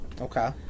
Okay